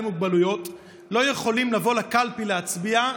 מוגבלויות לא יכולים לבוא לקלפי להצביע,